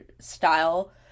style